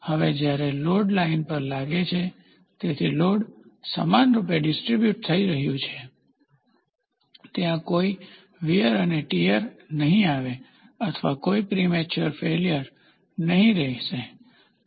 હવે જ્યારે load line પર લાગે છે તેથી લોડ સમાનરૂપે ડીસ્ટ્રીબ્યુટ થઈ રહ્યું છે ત્યાં કોઈ વીયર અને ટીયર નહીં આવે અથવા કોઈ પ્રિમેચ્યોર ફેલીયર રહેશે નહીં